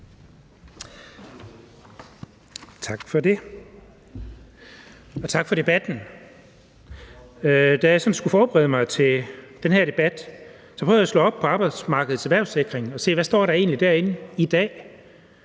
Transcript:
Tak for det. Og tak for debatten. Da jeg sådan skulle forberede mig til den her debat, prøvede jeg at slå op på Arbejdsmarkedets Erhvervssikrings hjemmeside og se, hvad der egentlig står derinde i dag